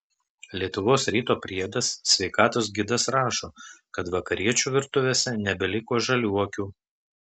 lietuvos ryto priedas sveikatos gidas rašo kad vakariečių virtuvėse nebeliko žaliuokių